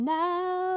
now